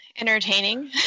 Entertaining